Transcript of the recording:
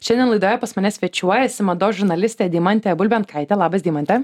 šiandien laidoje pas mane svečiuojasi mados žurnalistė deimantė bulbenkaitė labas deimante